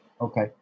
Okay